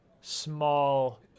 small